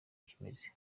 kimeze